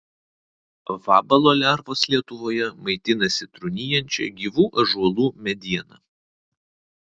vabalo lervos lietuvoje maitinasi trūnijančia gyvų ąžuolų mediena